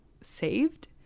saved